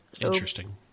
Interesting